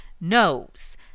knows